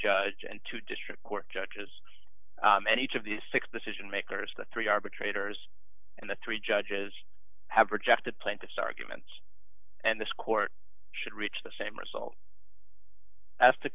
judge and two district court judges and each of these six decision makers the three arbitrators and the three judges have rejected plaintiff's arguments and this court should reach the same result as to